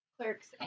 Clerks